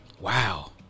Wow